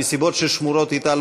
מסיבות ששמורות אתה,